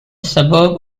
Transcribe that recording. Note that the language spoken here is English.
suburb